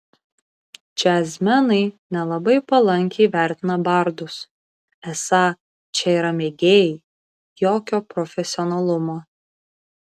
džiazmenai nelabai palankiai vertina bardus esą čia yra mėgėjai jokio profesionalumo